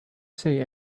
say